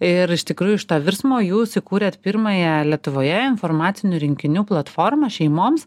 ir iš tikrųjų iš to virsmo jūs įkūrėt pirmąją lietuvoje informacinių rinkinių platformą šeimoms